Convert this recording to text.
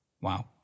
Wow